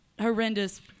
horrendous